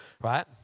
Right